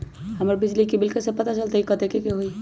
हमर बिजली के बिल कैसे पता चलतै की कतेइक के होई?